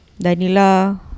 Danila